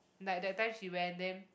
like that time she went then